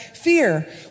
Fear